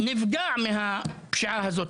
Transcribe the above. שנפגע מהפשיעה הזאת.